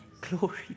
Glory